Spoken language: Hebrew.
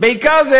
בעיקר זה